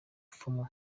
bapfumu